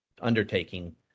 undertaking